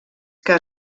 que